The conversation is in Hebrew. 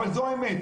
אבל זו האמת.